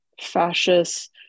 fascist